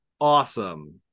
Awesome